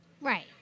right